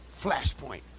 flashpoint